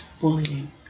bullying